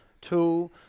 two